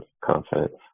confidence